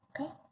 Okay